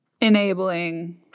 enabling